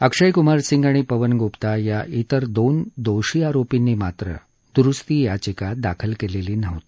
अक्षय कुमार सिंग आणि पवन गुप्ता तिर दोन दोषी आरोपींनी मात्र दुरुस्ती याचिका दाखल केली नव्हती